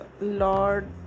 Lord